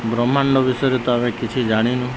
ବ୍ରହ୍ମାଣ୍ଡ ବିଷୟରେ ତ ଆମେ କିଛି ଜାଣିନୁ